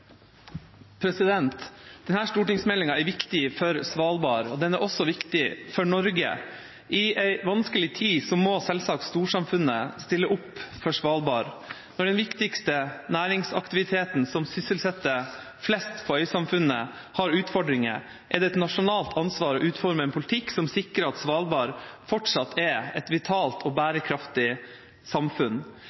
viktig for Svalbard, og den er viktig for Norge. I en vanskelig tid må storsamfunnet selvsagt stille opp for Svalbard. Når den viktigste næringsaktiviteten – som sysselsetter flest i øysamfunnet – har utfordringer, er det et nasjonalt ansvar å utforme en politikk som sikrer at Svalbard kan fortsette å være et vitalt og bærekraftig samfunn.